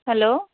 hello